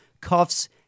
cuffs